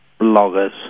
bloggers